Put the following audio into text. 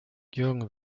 jürgen